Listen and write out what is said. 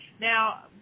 Now